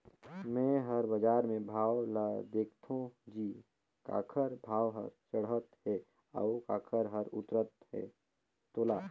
मे हर बाजार मे भाव ल देखथों जी काखर भाव हर चड़हत हे अउ काखर हर उतरत हे तोला